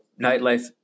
nightlife